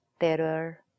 terror